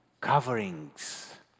Coverings